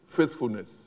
faithfulness